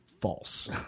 False